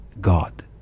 God